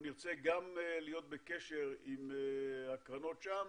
אנחנו נרצה להיות גם בקשר עם הקרנות שם,